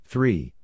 Three